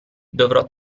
dovrò